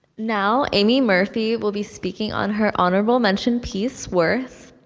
now, aimee murphy will be speaking on her honorable mention piece, worth.